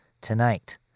tonight